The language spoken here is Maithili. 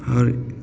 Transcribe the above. आओर